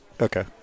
Okay